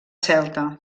celta